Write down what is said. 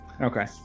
okay